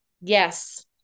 Yes